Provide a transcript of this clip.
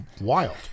wild